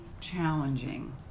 challenging